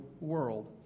world